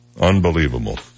unbelievable